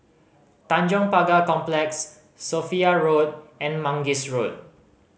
Tanjong Pagar Complex Sophia Road and Mangis Road